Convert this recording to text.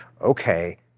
okay